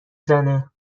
زنه